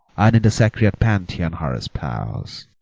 and in the sacred pantheon her espouse.